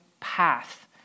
path